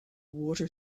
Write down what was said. water